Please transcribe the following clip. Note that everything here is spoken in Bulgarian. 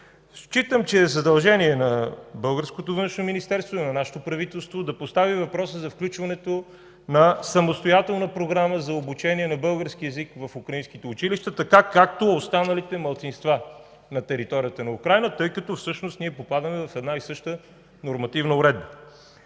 българското Външно министерство и на нашето правителство да постави въпроса за включването на самостоятелна програма за обучение на български език в украинските училища, както останалите малцинства на територията на Украйна, тъй като всъщност ние попадаме в една и съща нормативна уредба.